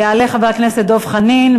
יעלה חבר הכנסת דב חנין.